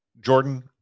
Jordan